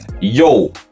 Yo